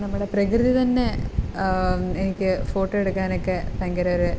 നമ്മടെ പ്രകൃതി തന്നെ എനിക്ക് ഫോട്ടോ എടുക്കാനൊക്കെ ഭയങ്കര ഒരു